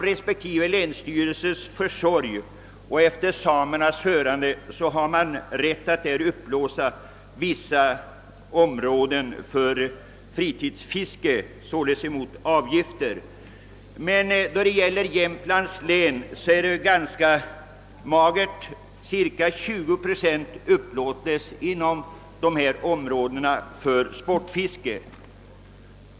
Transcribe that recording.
Respektive länsstyrelser har rätt att efter samernas hörande upplåta vissa områden för fritidsfiske, således mot avgifter. Men då det gäller Jämtlands län är det endast cirka 20 procent av kronans fiskevatten som upplåtes till sportfiske.